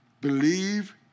Believe